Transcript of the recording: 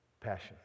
passion